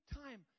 time